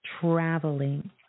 traveling